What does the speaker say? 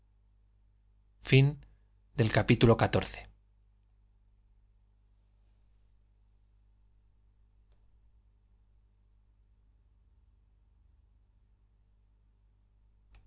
fin del cual